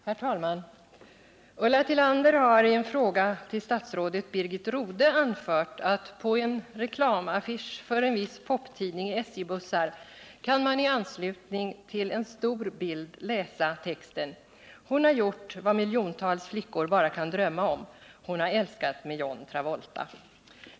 Herr talman! Ulla Tillander har i en fråga till statsrådet Birgit Rodhe anfört att på en reklamaffisch för en viss poptidning i SJ-bussar kan man i anslutning till en stor bild läsa texten: Hon har gjort vad miljontals flickor bara kan drömma om, hon har älskat med John Travolta.